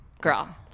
girl